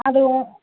அதுவும்